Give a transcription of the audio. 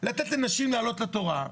לתת לנשים לעלות לתורה.